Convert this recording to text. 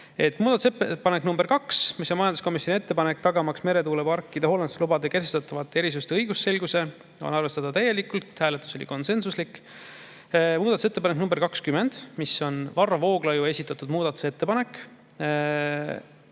Muudatusettepanek nr 2, mis on majanduskomisjoni ettepanek, tagamaks meretuuleparkide hoonestuslubadega [seotud] erisuste õigusselgus – arvestada täielikult, [otsus] oli konsensuslik. Muudatusettepanek nr 20, mis on Varro Vooglaiu esitatud muudatusettepanek